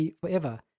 forever